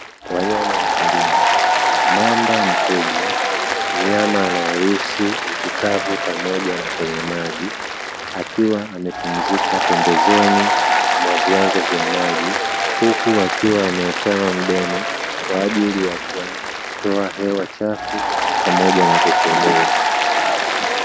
Wanyama wa porini, mamba mkubwa. Mnyama anayeishi nchi kavu pamoja na kwenye maji, akiwa amepumzika pembezoni mwa vyanzo vya maji. Huku akiwa ameachama mdomo kwa ajili ya kutoa hewa chafu pamoja na kupumua.